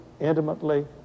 intimately